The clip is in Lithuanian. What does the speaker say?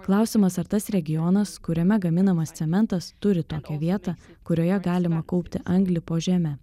klausimas ar tas regionas kuriame gaminamas cementas turi tokią vietą kurioje galima kaupti anglį po žeme